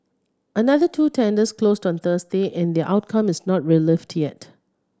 another two tenders closed on Thursday and their outcome is not yet